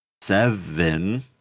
seven